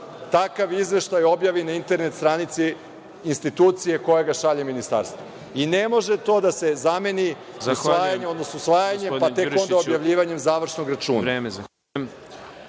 takav izveštaj objavi na internet stranici institucije koja ga šalje ministarstvu. Ne može to da se zameni usvajanjem, pa tek onda objavljivanjem završnog računa.